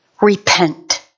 Repent